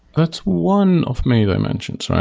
that's one of many dimensions,